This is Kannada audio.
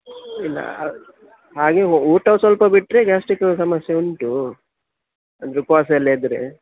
ಇಲ್ಲ ಹಾಗೆ ಹೋ ಊಟ ಸ್ವಲ್ಪ ಬಿಟ್ಟರೆ ಗ್ಯಾಸ್ಟಿಕು ಸಮಸ್ಯೆ ಉಂಟು ಅಂದರೆ ಉಪವಾಸ ಎಲ್ಲ ಇದ್ದರೆ